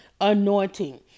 anointing